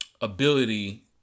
ability